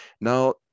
Now